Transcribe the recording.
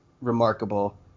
remarkable